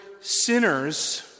sinners